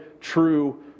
true